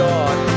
God